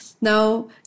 Now